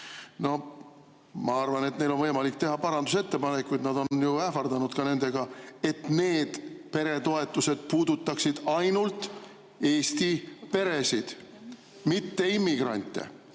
Ma arvan, et neil on võimalik teha parandusettepanekuid – nad on ju ähvardanud nendega –, et need peretoetused puudutaksid ainult Eesti peresid, mitte immigrante.